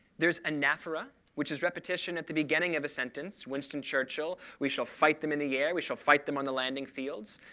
there's anaphora, which is repetition at the beginning of a sentence. winston churchill we shall fight them in the air, we shall fight them on the landing fields.